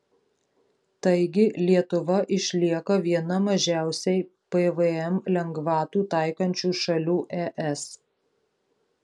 taigi lietuva išlieka viena mažiausiai pvm lengvatų taikančių šalių es